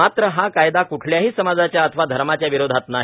मात्र हा कायदा क्ठल्याही समाजाच्या अथवा धर्माच्या विरोधात नाही